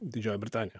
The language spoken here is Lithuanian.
didžioji britanija